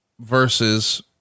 versus